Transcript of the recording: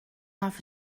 off